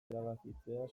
erabakitzea